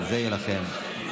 אין לך מושג.